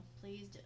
Please